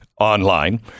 online